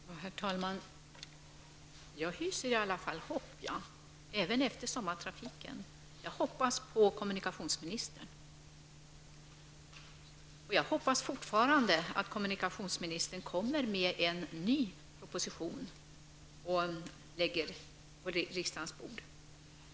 Herr talman! Jag hyser i alla fall hopp, även efter sommartrafiken. Jag hoppas på kommunikationsministern. Jag hoppas fortfarande att kommunikationsministern kommer med en ny proposition och lägger den på riksdagens bord.